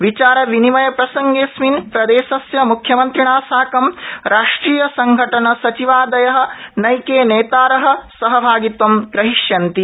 विचारविनिमयप्रसंगेऽस्मिन् प्रदेशस्य मुख्यमन्त्रिणा साकं राष्ट्रियसंघठनसचिवादय नैके नेतार सहभागित्वं ग्रहीष्यन्ति